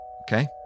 okay